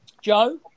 Joe